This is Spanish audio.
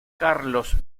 carlos